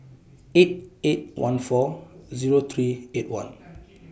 eight eight one four Zero three eight one